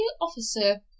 officer